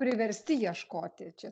priversti ieškoti čia